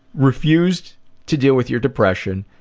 refused to deal with your depression,